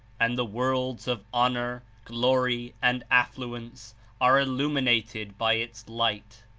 and the worlds of honor, glory and affluence are illuminated by its light.